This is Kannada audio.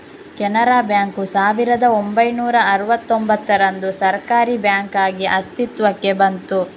ಕೆನರಾ ಬ್ಯಾಂಕು ಸಾವಿರದ ಒಂಬೈನೂರ ಅರುವತ್ತೂಂಭತ್ತರಂದು ಸರ್ಕಾರೀ ಬ್ಯಾಂಕಾಗಿ ಅಸ್ತಿತ್ವಕ್ಕೆ ಬಂತು